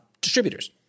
distributors